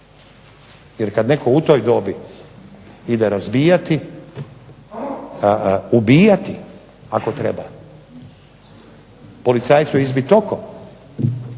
jer kad netko u toj dobi ide razbijati, ubijati ako treba, policajcu izbiti oko,